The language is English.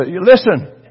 listen